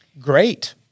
Great